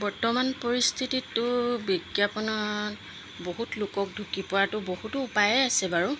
বৰ্তমান পৰিস্থিতিটো বিজ্ঞাপনৰ বহুত লোকক ঢুকি পোৱাতো বহুতো উপায়েই আছে বাৰু